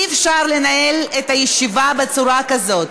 אי-אפשר לנהל את הישיבה בצורה כזאת.